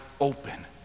open